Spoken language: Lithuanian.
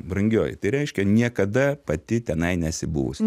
brangioji tai reiškia niekada pati tenai nesi buvusi